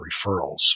referrals